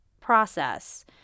process